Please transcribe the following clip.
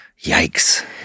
Yikes